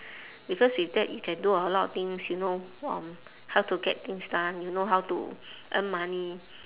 because with that you can do a lot things you know um how to get things done you know how to earn money